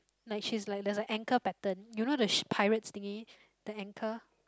like she's like there's a anchor pattern you know the sh~ pirate's thingy the anchor